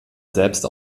selbst